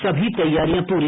सभी तैयारियां पूरी